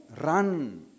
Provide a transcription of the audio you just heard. run